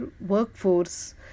workforce